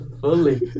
fully